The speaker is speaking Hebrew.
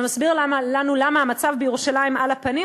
ומסביר לנו למה המצב בירושלים על הפנים?